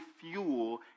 fuel